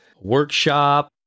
workshop